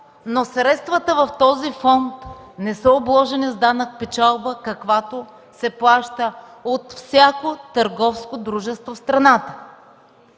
но средствата в този фонд не са обложени с данък печалба, каквато се плаща от всяко търговско дружество в страната.